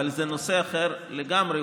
אבל זה נושא אחר לגמרי.